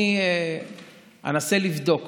אני אנסה לבדוק